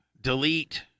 delete